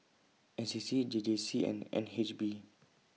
N C C J J C and N H B